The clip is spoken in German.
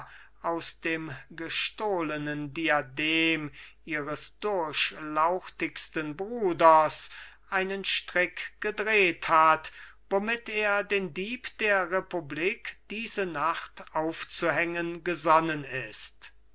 aus dem gestohlenen diadem ihres durchlauchtigsten bruders einen strick gedreht hat womit er den dieb der republik diese nacht aufzuhängen gesonnen ist